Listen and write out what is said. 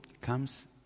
comes